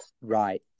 Right